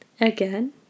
again